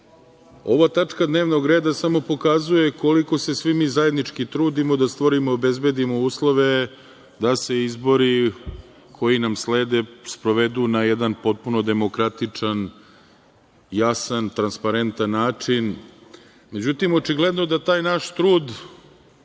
ova tačka dnevnog reda samo pokazuje koliko se svi mi zajednički trudimo da stvorimo i obezbedimo uslove da se izbori koji nam slede, sprovedu na jedan potpuno demokratičan, jasan, transparentan način. Međutim, očigledno da taj naš trud